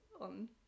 on